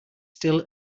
still